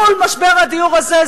מול משבר הדיור הזה,